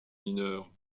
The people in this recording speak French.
mineurs